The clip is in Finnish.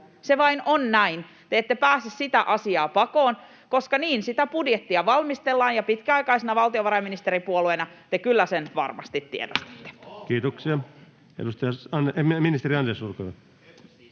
Se vain on näin. Te ette pääse sitä asiaa pakoon, koska niin sitä budjettia valmistellaan, ja pitkäaikaisena valtiovarainministeripuolueena te kyllä sen varmasti tiedostatte. [Speech 79] Speaker: